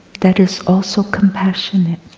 that is also compassionate.